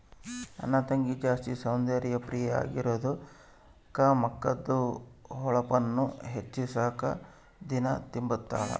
ನನ್ ತಂಗಿ ಜಾಸ್ತಿ ಸೌಂದರ್ಯ ಪ್ರಿಯೆ ಆಗಿರೋದ್ಕ ಮಕದ್ದು ಹೊಳಪುನ್ನ ಹೆಚ್ಚಿಸಾಕ ದಿನಾ ತಿಂಬುತಾಳ